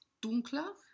dunkler